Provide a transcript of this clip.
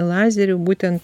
lazeriu būtent